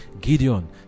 Gideon